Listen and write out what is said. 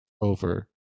over